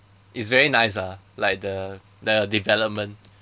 it's very nice ah like the the development